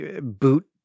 boot